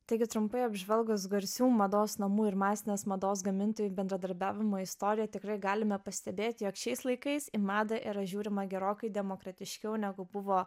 taigi trumpai apžvelgus garsių mados namų ir masinės mados gamintojų bendradarbiavimo istoriją tikrai galime pastebėti jog šiais laikais į madą yra žiūrima gerokai demokratiškiau negu buvo